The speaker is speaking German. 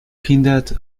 hindert